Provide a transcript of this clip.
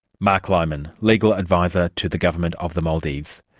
marc limon, legal adviser to the government of the maldives,